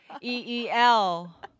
E-E-L